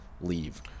leave